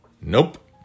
Nope